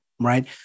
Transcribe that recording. Right